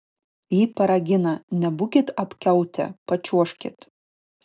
ji paragina nebūkit apkiautę pačiuožkit